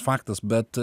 faktas bet